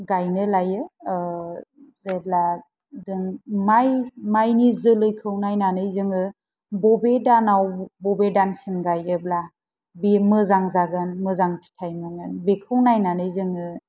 गायनो लायो जेब्ला दोन माइ माइनि जोलैखौ नायनानै जोङो बबे दानाव बबे दानसिम गायोब्ला बे मोजां जागोन मोजां फिथाइ मोनगोन बेखौ नायनानै जोङो